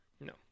No